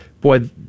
boy